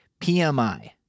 PMI